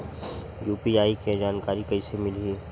UPI के जानकारी कइसे मिलही?